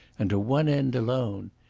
and to one end alone.